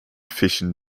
fischen